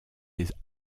des